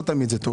זה לא תמיד טוב.